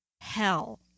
hell